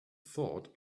thought